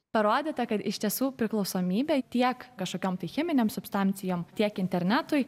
parodyta kad iš tiesų priklausomybė tiek kažkokiom tai cheminėms substancijom tiek internetui